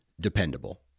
dependable